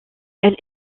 elle